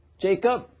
Jacob